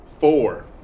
Four